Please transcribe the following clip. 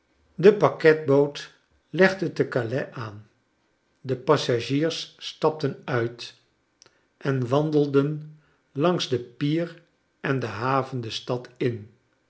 de pakketboot legde te calais aan de passagiers stapten uit en wandelden langs de pier en de haven de stad in